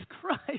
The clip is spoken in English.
Christ